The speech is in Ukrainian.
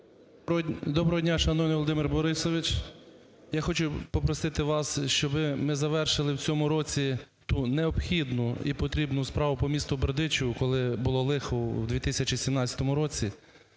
Доброго дня, шановний Володимир Борисович! Я хочу попросити вас, щоб ми завершили в цьому році ту необхідну і потрібну справу по місту Бердичеву, коли було лихо у 2017 році.